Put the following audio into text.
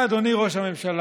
אתה, אדוני ראש הממשלה,